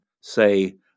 say